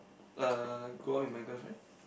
uh go out with my girlfriend